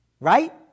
Right